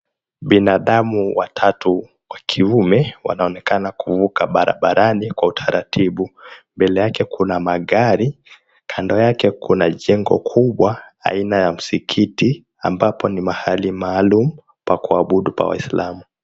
Binadamu watatu wa kiume wanaonekana kuvuka barabarani kwa utaratibu mbele yake kuna magari kando yake kuna jengo kubwa aina ya msikiti ambapo ni mahali maalum pa kuabudu kwa Waislamu.